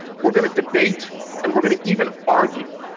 we're going to debate and we're going to even argue.